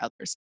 others